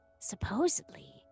supposedly